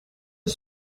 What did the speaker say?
een